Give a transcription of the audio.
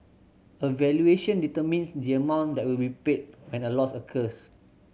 a valuation determines the amount that will be paid when a loss occurs